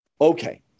Okay